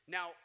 Now